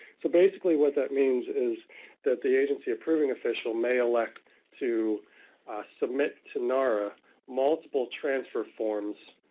so basically what that means is that the agency approving official may elect to submit to nara multiple transfer forms